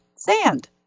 Sand